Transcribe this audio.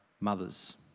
mothers